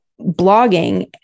blogging